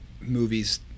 movies